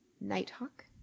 Nighthawk